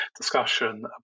discussion